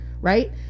right